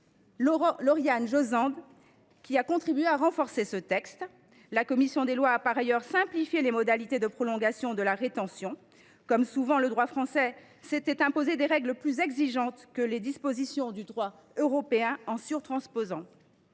Lauriane Josende, qui a contribué à renforcer ce texte. La commission des lois a par ailleurs simplifié les modalités de prolongation de la rétention. Comme souvent, le droit français s’était imposé des règles plus exigeantes que les dispositions du droit européen, en surtransposant.